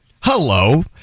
Hello